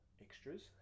extras